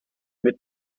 mit